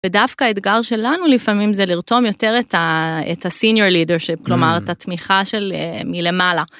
ודווקא האתגר שלנו לפעמים זה לרתום יותר את ה-senior leadership, כלומר את התמיכה של מלמעלה.